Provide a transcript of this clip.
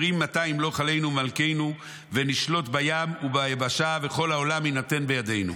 אומרים מתי ימלוך עלינו מלכנו ונשלוט בים וביבשה וכל העולם יינתן בידנו.